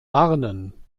warnen